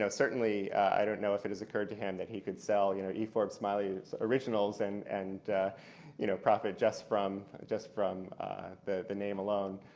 ah certainly i don't know if it has occurred to him that he could sell you know e. forbes smiley originals and and you know profit just from just from the the name alone.